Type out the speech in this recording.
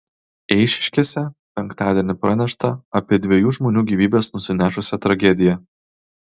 eišiškėse penktadienį pranešta apie dviejų žmonių gyvybes nusinešusią tragediją